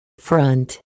front